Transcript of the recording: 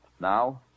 Now